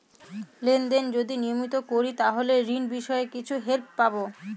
Lane দেন যদি নিয়মিত করি তাহলে ঋণ বিষয়ে কিছু হেল্প পাবো?